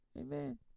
amen